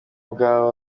ubwabo